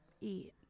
eat